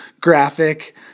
graphic